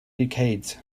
decades